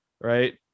right